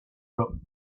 bas